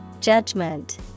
Judgment